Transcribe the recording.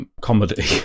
comedy